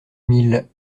mille